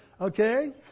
okay